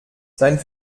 sein